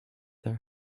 their